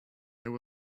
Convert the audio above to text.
there